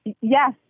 Yes